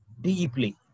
deeply